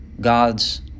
God's